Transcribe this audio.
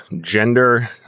gender